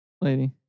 lady